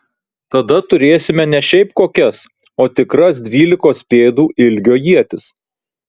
tada turėsime ne šiaip kokias o tikras dvylikos pėdų ilgio ietis